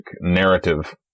narrative